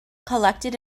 collected